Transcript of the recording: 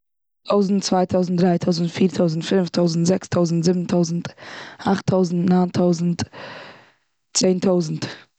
טויזנט, צוויי טויזנט, דריי טויזנט, פיר טויזנט, פינעף טויזנט, זעקס טויזנט, זיבן טויזנט, אכט טויזנט, ניין טויזנט, צען טויזנט.